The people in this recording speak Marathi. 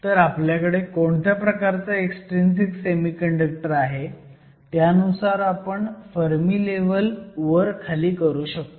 तर आपल्याकडे कोणत्या प्रकारचा एक्सट्रिंसिक सेमीकंडक्टर आहे त्यानुसार आपण फर्मीलेव्हल वर खाली करू शकतो